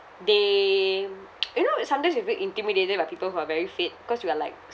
they you know uh sometimes you're very intimidated by people who are very fit cause you are like